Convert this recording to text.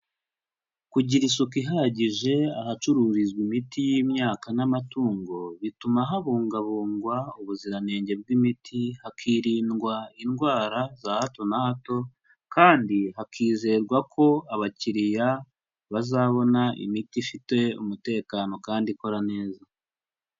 Kugira isuku ihagije ahacururizwa imiti y'imyaka n'amatungo, bituma habungabungwa ubuziranenge bw'imiti, hakirindwa indwara za hato na hato kandi hakizerwa ko abakiriya bazabona imiti ifite umutekano kandi ikora neza.